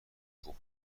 خوب